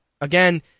Again